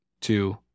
two